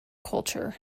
culture